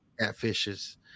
catfishes